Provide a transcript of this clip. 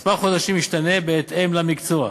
מספר החודשים משתנה בהתאם למקצוע.